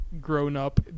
grown-up